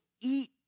eat